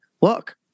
look